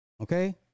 Okay